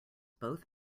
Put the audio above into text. both